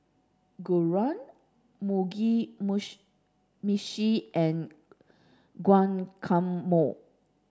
Gyros Mugi meshi and Guacamole